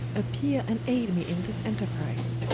appeare, and ayde me in this enterprize.